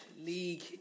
league